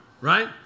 right